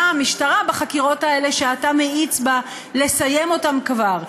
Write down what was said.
המשטרה בחקירות האלה שאתה מאיץ בה לסיים אותן כבר.